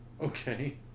Okay